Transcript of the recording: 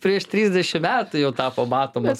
prieš trisdešim metų jau tapo matomas